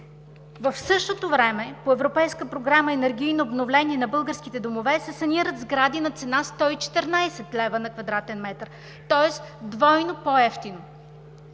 в същото време по Европейска програма „Енергийно обновление на българските домове“ се санират сгради на цена 114 лв. на кв. м, тоест двойно по-евтино.